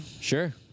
sure